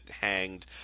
hanged